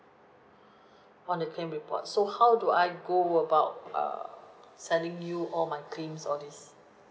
on the claim report so how do I go about err sending you all my claims all this